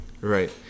right